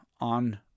on